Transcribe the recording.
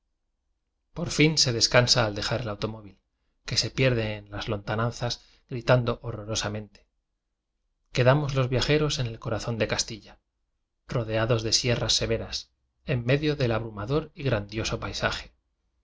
por fin se descansa al dejar el automóvil que se pierde en las lontananzas gritando horrorosamente quedamos los viajeros en el corazón de castilla rodeados de sierras severas en medio del abrumador y gran dioso paisaje